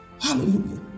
Hallelujah